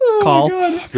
call